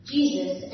Jesus